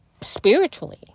spiritually